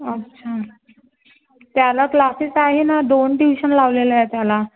अच्छा त्याला क्लासेस आहे ना दोन ट्युशन लावलेल्या आहे त्याला